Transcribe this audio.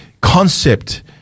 concept